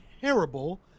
terrible